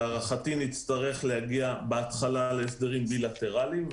להערכתי נצטרך להגיע בהתחלה להסדרים בילטרליים,